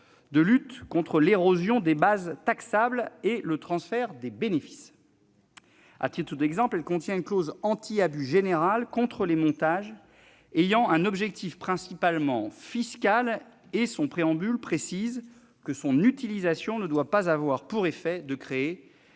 de lutte contre l'érosion des bases taxables et le transfert des bénéfices. À titre d'exemple, elle contient une clause anti-abus générale contre les montages ayant un objectif principalement fiscal, et son préambule précise que son utilisation ne doit pas avoir pour effet de créer